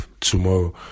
tomorrow